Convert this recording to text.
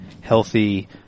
Healthy